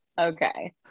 Okay